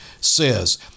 says